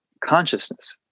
consciousness